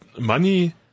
money